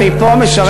אני פה משרת ציבור.